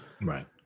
Right